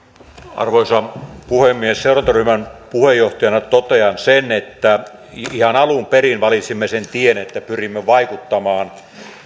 arvoisa puhemies seurantaryhmän puheenjohtajana totean sen että ihan alun perin valitsimme sen tien että pyrimme vaikuttamaan